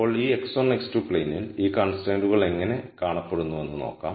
ഇപ്പോൾ ഈ x1 x2 പ്ലൈനിൽ ഈ കൺസ്ട്രൈന്റുകൾ എങ്ങനെ കാണപ്പെടുന്നുവെന്ന് നോക്കാം